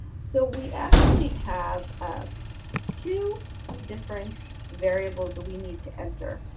so, we actually have two different variables that we need to enter.